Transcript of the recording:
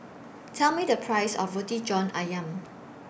Tell Me The Price of Roti John Ayam